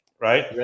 Right